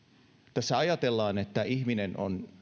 tässä ajatellaan että ihminen on